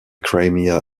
crimea